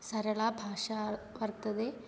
सरला भाषा वर्तते